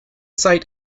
site